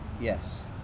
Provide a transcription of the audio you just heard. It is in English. Yes